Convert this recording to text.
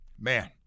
Man